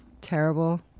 terrible